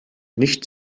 nicht